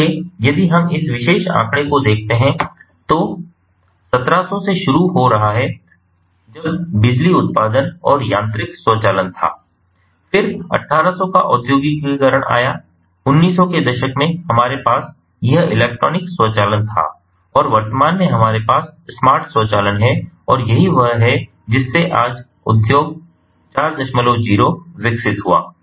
इसलिए यदि हम इस विशेष आंकड़े को देखते हैं जो 1700 से शुरू हो रहा है जब बिजली उत्पादन और यांत्रिक स्वचालन था फिर 1800 का औद्योगीकरण आया 1900 के दशक में हमारे पास यह इलेक्ट्रॉनिक स्वचालन था और वर्तमान में हमारे पास स्मार्ट स्वचालन है और यही वह है जिससेआज उद्योग 40 industry 40 विकसित हुआ